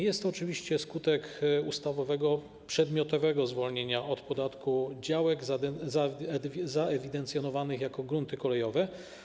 Jest to oczywiście skutek ustawowego przedmiotowego zwolnienia od podatku działek zewidencjonowanych jako tereny kolejowe.